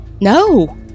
no